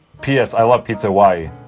ps i love pizza hawaii,